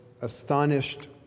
astonished